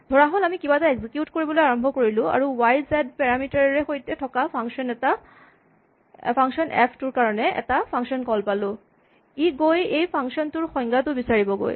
ধৰাহ'ল আমি কিবা এটা এক্সিকিউট কৰিবলৈ আৰম্ভ কৰিলোঁ আৰু ৱাই আৰু জেড পেৰামিটাৰেৰে সৈতে থকা ফাংচন এফ টোৰ কাৰণে এটা ফাংচন কল পালোঁ ই গৈ এই ফাংচন টোৰ সংজ্ঞাটো বিচাৰিবগৈ